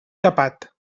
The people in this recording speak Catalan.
capat